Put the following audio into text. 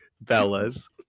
Bella's